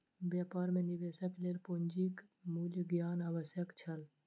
व्यापार मे निवेशक लेल पूंजीक मूल्य ज्ञान आवश्यक छल